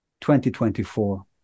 2024